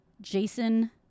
Jason